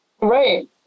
Right